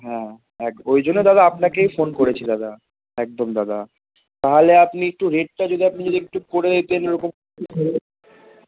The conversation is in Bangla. হ্যাঁ এক ওই জন্য দাদা আপনাকে ফোন করেছি দাদা একদম দাদা তাহলে আপনি একটু রেটটা যদি আপনি যদি একটু করে দিতেন উপকার হতো